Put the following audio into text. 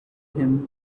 him